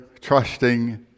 trusting